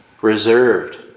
Reserved